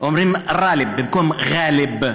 אומרים ראלב במקום ר'אלב.